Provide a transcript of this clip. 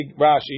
Rashi